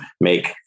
make